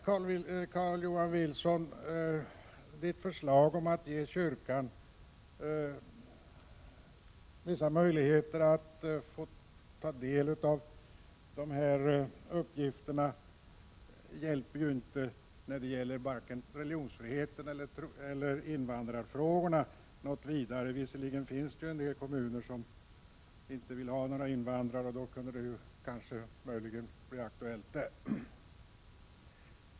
Carl-Johan Wilsons förslag om att ge kyrkan vissa möjligheter att ta del av dessa uppgifter hjälper ju inte vare sig det gäller religionsfriheten eller invandrarfrågorna. Visserligen finns det en del kommuner som inte vill ha några invandrare, och då kunde det ju kanske bli aktuellt där.